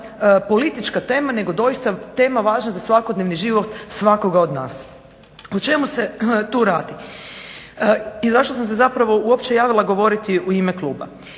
politička tema nego doista tema važna za svakodnevni život svakoga od nas. O čemu se tu radi i zašto sam se zapravo uopće javila govoriti u ime kluba?